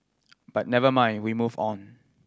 but never mind we move on